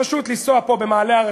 פשוט לנסוע פה במעלה הרחוב,